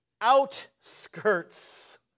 outskirts